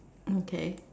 okay